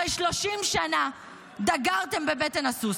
הרי 30 שנה דגרתם בבטן הסוס.